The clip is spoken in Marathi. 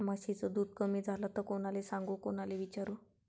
म्हशीचं दूध कमी झालं त कोनाले सांगू कोनाले विचारू?